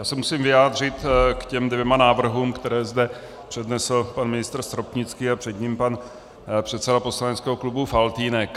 Já se musím vyjádřit k těm dvěma návrhům, které zde přednesl pan ministr Stropnický a před ním pan předseda poslaneckého klubu Faltýnek.